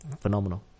phenomenal